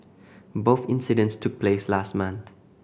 both incidents took place last month